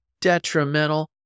detrimental